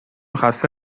خسته